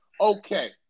Okay